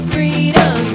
Freedom